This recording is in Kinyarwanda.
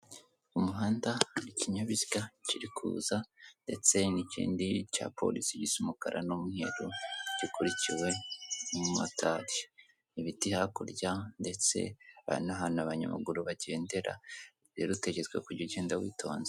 Umuhanda ikinyabiziga kiri kuza, ndetse n'ikindi cya polisi gisa umukara n'umweru, gikurikiwe n'umatari, ibiti hakurya, ndetse aha ni ahantu abanyamaguru bagendera, rero utegetswe kujya ugenda witonze.